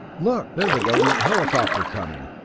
look, there's a government helicopter coming.